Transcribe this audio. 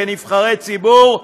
כנבחרי ציבור,